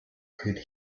could